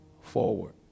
forward